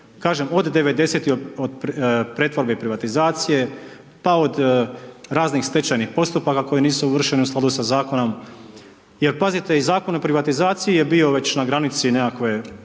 Kažem od '90.-tih od pretvorbe i privatizacije, pa od raznih stečajnih postupaka koji nisu uvršeni u skladu sa zakonom, jer pazite i Zakon o privatizaciji je bio već na granici nekakve